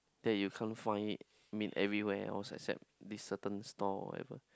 that you can't find it meet everywhere all except this certain store whatever